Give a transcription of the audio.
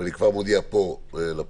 ואני כבר מודיע פה לפרוטוקול,